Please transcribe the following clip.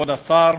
כבוד השר,